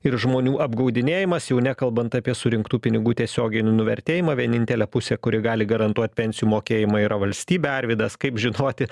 ir žmonių apgaudinėjimas jau nekalbant apie surinktų pinigų tiesioginį nuvertėjimą vienintelė pusė kuri gali garantuot pensijų mokėjimą yra valstybė arvydas kaip žinoti